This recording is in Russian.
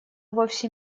вовсе